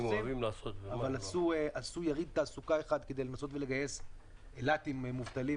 עשו יריד תעסוקה אחד כדי למצוא אילתים מובטלים